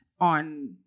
on